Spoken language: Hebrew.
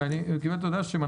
קיבלתי הודעה שרוית גרוס,